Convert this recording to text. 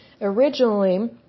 originally